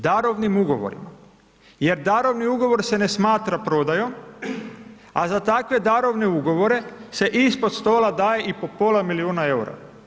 Darovnim ugovorima jer darovni ugovor se ne smatra prodajom a za takve darovne ugovore se ispod stola daje i po pola milijuna eura.